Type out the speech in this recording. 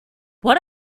what